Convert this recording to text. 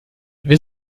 wir